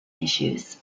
issues